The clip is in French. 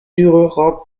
durera